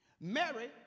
Mary